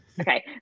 Okay